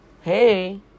Hey